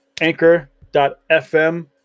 anchor.fm